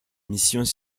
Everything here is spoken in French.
missions